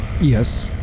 yes